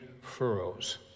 furrows